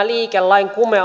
liike lain